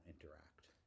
interact